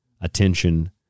attention